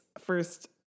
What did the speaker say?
first